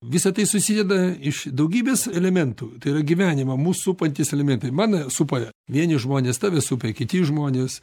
visa tai susideda iš daugybės elementų tai yra gyvenimą mus supantys elementai mane supa vieni žmonės tave supa kiti žmonės